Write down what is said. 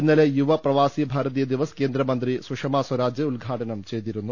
ഇന്നലെ യുവ പ്രവാസി ഭാരതീയ ദിവസ് കേന്ദ്രമന്ത്രി സുഷമ സ്വരാജ് ഉദ്ഘാടനം ചെയ്തിരുന്നു